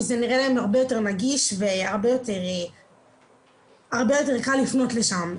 כי זה נראה להם הרבה יותר נגיש והרבה יותר קל לפנות לשם,